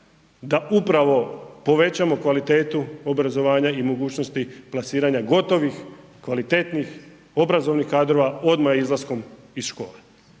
da upravo povećamo kvalitetu obrazovanja i mogućnosti plasiranja gotovih, kvalitetnih, obrazovnih kadrova odmah izlaskom iz škole,